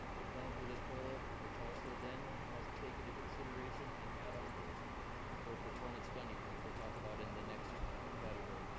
we come up with a total, which also then has to take into consideration and add on for for performance funding, which we'll talk about in the next category.